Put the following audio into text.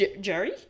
Jerry